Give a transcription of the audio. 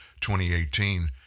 2018